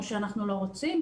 או שאנחנו לא רוצים,